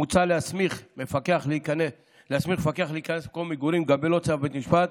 מוצע להסמיך מפקח להיכנס למקום מגורים גם בלא צו בית משפט,